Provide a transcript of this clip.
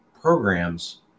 programs